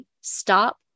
stop